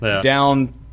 down